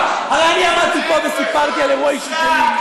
הרי אני עמדתי פה וסיפרתי על אירוע אישי שלי,